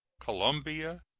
colombia,